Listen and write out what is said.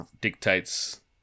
dictates